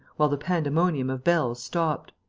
while the pandemonium of bells stopped.